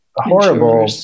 horrible